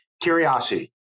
curiosity